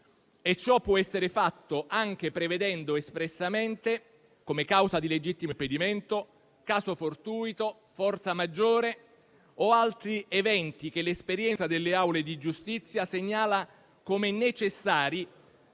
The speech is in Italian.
ciò può essere fatto anche prevedendo espressamente, come causa di legittimo impedimento, caso fortuito, forza maggiore o altri eventi che l'esperienza delle aule di giustizia segnala come necessari